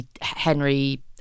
Henry